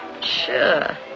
Sure